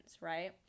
right